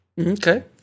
Okay